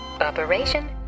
Operation